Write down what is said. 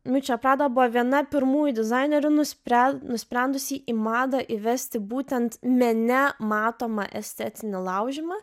miučia prada buvo viena pirmųjų dizainerių nusprendė nusprendusi į madą įvesti būtent mene matomą estetinę laužymą